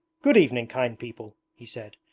good evening, kind people he said,